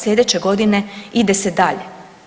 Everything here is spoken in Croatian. Sljedeće godine ide se dalje.